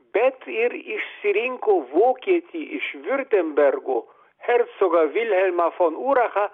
bet ir išsirino vokietį iš viurtembergo hercogą vilhelmą fon urachą